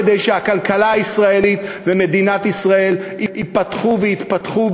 כדי שהכלכלה הישראלית ומדינת ישראל ייפתחו ויתפתחו,